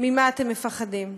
ממה אתם מפחדים.